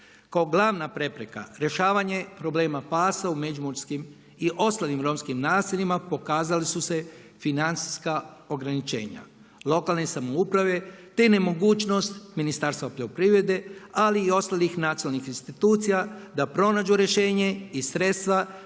Kao glavna prepreka rješavanje problema pasa u međimurskim i ostalim romskim naseljima pokazali su se financijska ograničenja lokalne samouprave te nemogućnost Ministarstva poljoprivrede ali i ostalih nacionalnih institucija da pronađu rješenje i sredstva